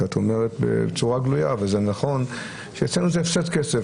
שאת אומרת בצורה גלויה וזה נכון שאצלנו זה הפסד כסף,